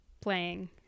playing